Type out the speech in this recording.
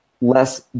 less